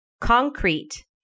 concrete